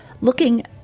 Looking